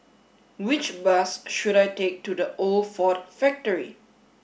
which bus should I take to The Old Ford Factory